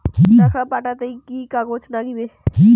টাকা পাঠাইতে কি কাগজ নাগীবে?